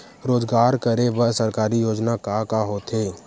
रोजगार करे बर सरकारी योजना का का होथे?